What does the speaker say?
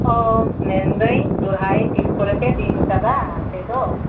ᱚᱻ ᱢᱮᱱᱮᱫᱟᱹᱧ ᱥᱚᱦᱨᱟᱭ ᱛᱤᱥ ᱠᱚᱨᱮ ᱯᱮ ᱫᱤᱱ ᱟᱠᱟᱫᱟ ᱟᱯᱮ ᱫᱚ